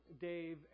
Dave